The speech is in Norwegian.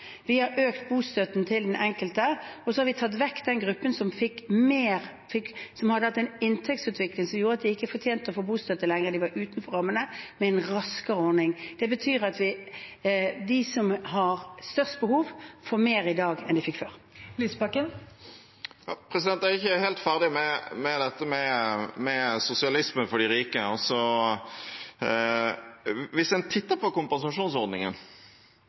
Vi har økt bostøtten til den enkelte, og så har vi tatt vekk den gruppen som hadde hatt en inntektsutvikling som gjorde at de ikke fortjente å få bostøtte lenger, de var utenfor rammene, med en raskere ordning. Det betyr at de som har størst behov, får mer i dag enn de fikk før. Audun Lysbakken – til oppfølgingsspørsmål. Jeg er ikke helt ferdig med dette med sosialisme for de rike. Hvis en titter på kompensasjonsordningen,